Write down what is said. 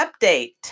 update